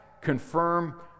confirm